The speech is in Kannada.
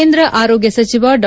ಕೇಂದ್ರ ಆರೋಗ್ನ ಸಚಿವ ಡಾ